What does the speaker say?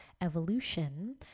Evolution